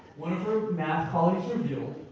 one of her math colleagues revealed,